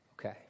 Okay